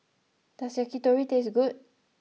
does Yakitori taste good